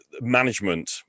management